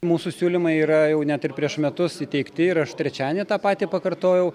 mūsų siūlymai yra jau net ir prieš metus įteikti ir aš trečiadienį tą patį pakartojau